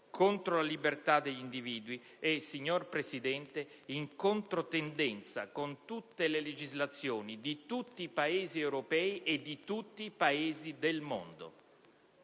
contro la libertà degli individui e, signora Presidente, in controtendenza con le legislazioni di tutti i Paesi europei e di tutti i Paesi del mondo.